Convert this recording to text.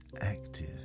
active